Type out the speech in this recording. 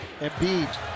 Embiid